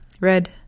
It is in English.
Red